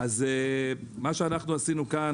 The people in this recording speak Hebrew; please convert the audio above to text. כאן